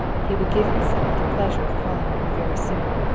he would give himself the pleasure of calling on her very soon.